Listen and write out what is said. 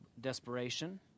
desperation